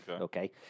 Okay